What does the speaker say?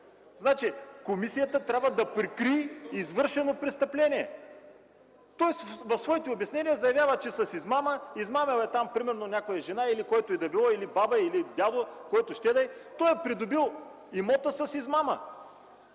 Значи комисията трябва да прикрие извършено престъпление. Тоест, в своите обяснения заявява, че с измама, измамил е някоя жена, или който и да било, или баба, или дядо – който ще да е, той е придобил имота с измама.